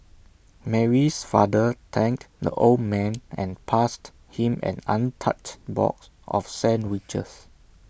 Mary's father thanked the old man and passed him an untouched box of sandwiches